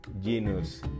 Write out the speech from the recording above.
Genus